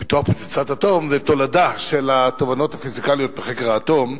פיתוח פצצת האטום זה תולדה של התובנות הפיזיקליות בחקר האטום,